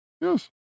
Yes